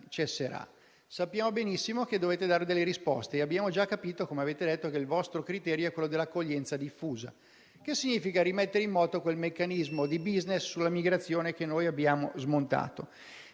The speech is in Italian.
cesserà. Sappiamo benissimo che dovete dare delle risposte e abbiamo già capito, come avete detto, che il vostro criterio è quello dell'accoglienza diffusa e ciò significa rimettere in moto quel meccanismo di *business* sulla migrazione, che noi abbiamo smontato.